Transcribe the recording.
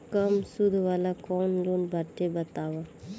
कम सूद वाला कौन लोन बाटे बताव?